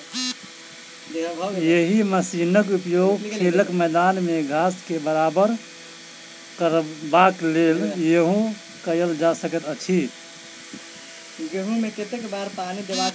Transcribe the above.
एहि मशीनक उपयोग खेलक मैदान मे घास के बराबर करबाक लेल सेहो कयल जा सकैत अछि